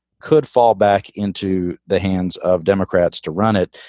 could fall back into the hands of democrats to run it.